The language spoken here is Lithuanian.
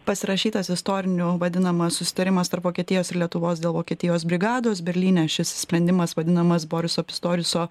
pasirašytas istoriniu vadinamas susitarimas tarp vokietijos ir lietuvos dėl vokietijos brigados berlyne šis sprendimas vadinamas boriso pistoriuso